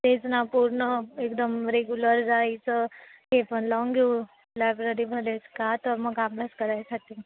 तेच ना पूर्ण एकदम रेग्युलर जायचं ते पण लावून घेऊ लायब्ररीमध्ये का तर मग अभ्यास करायसाठी